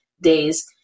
days